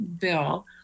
bill